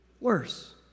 worse